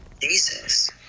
Jesus